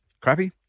crappy